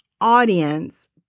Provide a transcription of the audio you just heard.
audience